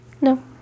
no